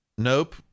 Nope